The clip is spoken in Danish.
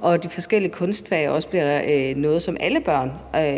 og de forskellige kunstfag også er noget, som alle børn